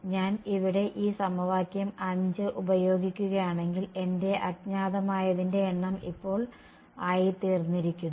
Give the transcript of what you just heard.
ഞാൻ ഇവിടെ ഈ സമവാക്യം 5 ഉപയോഗിക്കുകയാണെങ്കിൽ എന്റെ അജ്ഞാതമായതിന്റെ എണ്ണം ഇപ്പോൾ ആയിത്തീർന്നിരിക്കുന്നു